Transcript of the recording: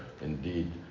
indeed